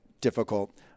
difficult